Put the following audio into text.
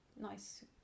nice